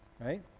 Right